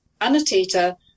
annotator